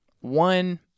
one